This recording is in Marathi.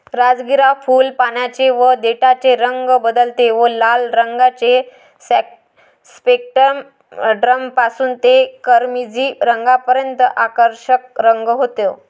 राजगिरा फुल, पानांचे व देठाचे रंग बदलते व लाल रंगाचे स्पेक्ट्रम पासून ते किरमिजी रंगापर्यंत आकर्षक रंग होते